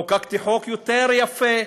חוקקתי חוק יותר יפה,